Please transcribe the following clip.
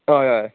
हय हय